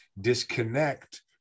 disconnect